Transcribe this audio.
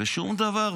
ושום דבר.